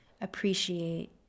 appreciate